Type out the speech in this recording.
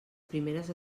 primeres